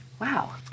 Wow